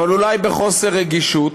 אבל אולי בחוסר רגישות,